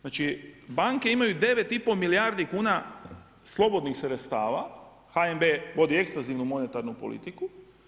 Znači banke imaju 9 i pol milijardi kuna slobodnih sredstava, HNB vodi ekstenzivnu monetarnu politiku.